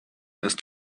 ist